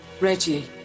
Reggie